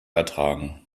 ertragen